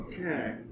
Okay